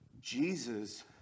Jesus